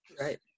right